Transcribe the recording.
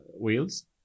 wheels